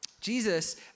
Jesus